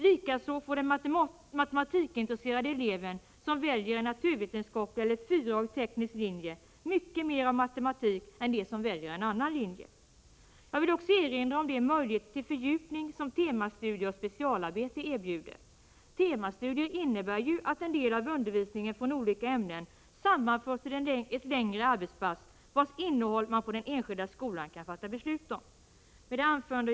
Likaså får den matematikintresserade eleven som väljer en naturvetenskaplig eller 4-årig teknisk linje mycket mera matematik än de som väljer en annan linje. Jag vill också erinra om de möjligheter till fördjupning som temastudier och specialarbete erbjuder. Temastudier innebär ju att en del av undervisningen i olika ämnen sammanförs till längre arbetspass, vars innehåll man på den enskilda skolan kan fatta beslut om.